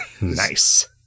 Nice